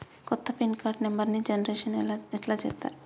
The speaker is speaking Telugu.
కొత్త పిన్ కార్డు నెంబర్ని జనరేషన్ ఎట్లా చేత్తరు?